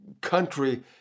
country